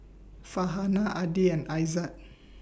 Farhanah Adi and Aizat